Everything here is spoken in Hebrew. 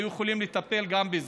היו יכולים לטפל גם בזה.